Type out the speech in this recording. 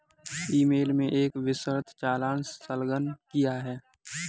ई mail में एक विस्तृत चालान संलग्न किया है